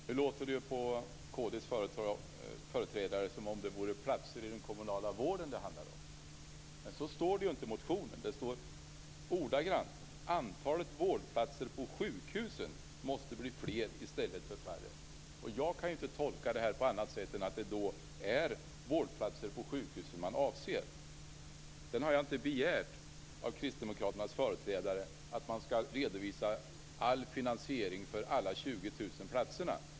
Fru talman! Nu låter det på Kristdemokraternas företrädare som om det var platser inom den kommunala vården det handlar om. Så står det inte i motionen. Det står att vårdplatserna på sjukhusen måste bli fler i stället för färre. Jag kan inte tolka det på annat sätt än att det är vårdplatser på sjukhusen man avser. Jag har inte begärt av Kristdemokraternas företrädare att man skall redovisa all finansiering för alla 20 000 platser.